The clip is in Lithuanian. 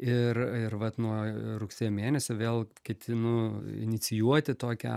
ir ir vat nuo rugsėjo mėnesio vėl ketinu inicijuoti tokią